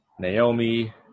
Naomi